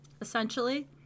essentially